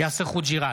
יאסר חוג'יראת,